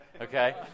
Okay